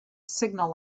signal